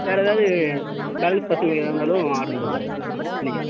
வேறு ஏதாவது பேலன்ஸ் பசங்களுக்கு எதா இருந்தாலும் ஆர்டரு சொல்லுங்கள் சார் பண்ணிக்கலாம்